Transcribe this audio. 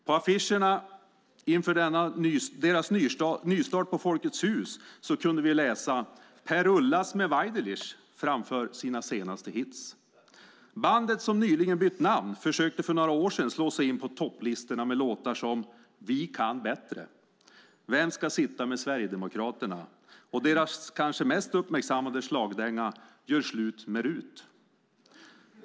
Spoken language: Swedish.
På affischerna inför deras nystart på Folkets Hus kunde vi läsa: Per-Ullas med Waidelich framför sina senaste hits. Bandet, som nyligen bytt namn, försökte för några år sedan slå sig in på topplistorna med låtar som Vi kan bättre , Vem ska sitta med Sverigedemokraterna? och deras kanske mest uppmärksammade slagdänga Gör slut med Rut .